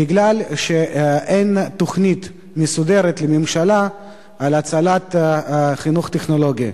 בגלל שלממשלה אין תוכנית מסודרת להצלת החינוך הטכנולוגי.